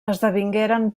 esdevingueren